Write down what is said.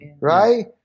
right